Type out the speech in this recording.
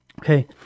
Okay